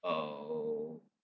uh